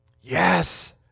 Yes